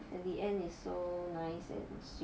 at the end is so nice and sweet